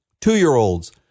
two-year-olds